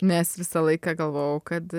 nes visą laiką galvojau kad